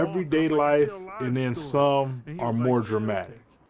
everyday life and then some are more dramatic.